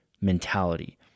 mentality